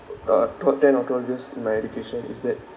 oo uh throughout ten or twelve years in my education is that